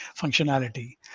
functionality